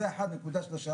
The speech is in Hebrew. זו נקודה אחת של השר"מ,